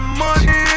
money